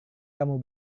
kamu